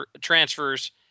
transfers